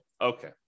Okay